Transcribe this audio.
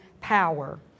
power